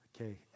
okay